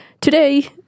Today